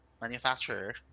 Manufacturer